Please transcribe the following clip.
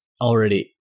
already